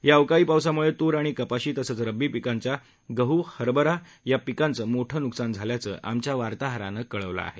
या अवकाळी पावसामुळे तूर आणि कपाशी तसंच रब्बी पिकांच्या गहू हरभरा या पिकांचं मोठं नुकसान झाल्याचं आमच्या वार्ताहरानं कळवलं आहे